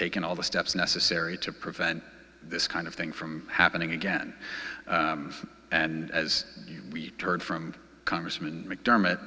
taken all the steps necessary to prevent this kind of thing from happening again and as we heard from congressman mcdermott